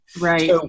right